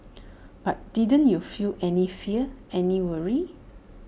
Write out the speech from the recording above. but didn't you feel any fear any worry